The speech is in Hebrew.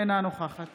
אינה נוכחת